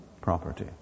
property